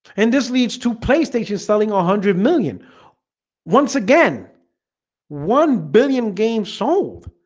and this leads to playstation selling a hundred million once again one billion game sold